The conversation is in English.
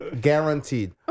Guaranteed